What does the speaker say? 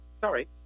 sorry